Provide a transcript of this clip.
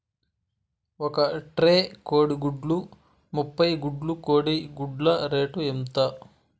ఒక ట్రే కోడిగుడ్లు ముప్పై గుడ్లు కోడి గుడ్ల రేటు ఎంత?